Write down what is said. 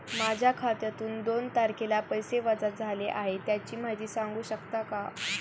माझ्या खात्यातून दोन तारखेला पैसे वजा झाले आहेत त्याची माहिती सांगू शकता का?